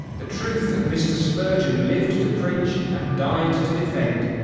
the truth that mr. spurgeon lived to preach, and died to defend,